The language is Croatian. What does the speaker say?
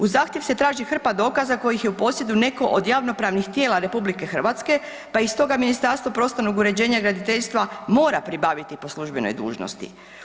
Uz zahtjev se traži hrpa dokaza kojih je u posjedu netko od javno-pravnih tijela RH pa i stoga Ministarstvo prostornog uređenja i graditeljstva mora pribaviti po službenoj dužnosti.